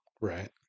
Right